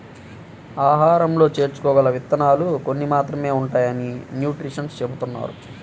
ఆహారంలో చేర్చుకోగల విత్తనాలు కొన్ని మాత్రమే ఉంటాయని న్యూట్రిషన్స్ చెబుతున్నారు